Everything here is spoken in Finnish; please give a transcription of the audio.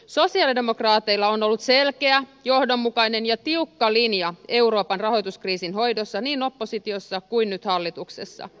sosialidemokraateilla on ollut selkeä johdonmukainen ja tiukka linja euroopan rahoituskriisin hoidossa niin oppositiossa kuin nyt hallituksessa